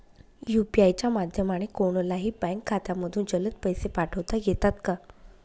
UPI च्या माध्यमाने कोणलाही बँक खात्यामधून जलद पैसे पाठवता येतात का?